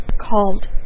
called